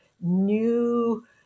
new